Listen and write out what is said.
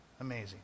Amazing